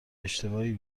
اشتباهی